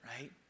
Right